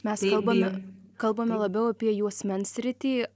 mes kalbame kalbame labiau apie juosmens sritį